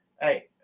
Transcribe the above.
hey